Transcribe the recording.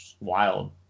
wild